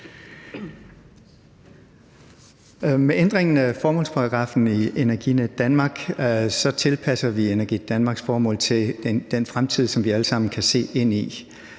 Med ændringen af formålsparagraffen i Energinet tilpasser vi Energinets formål til den fremtid, som vi alle sammen kan se ind i.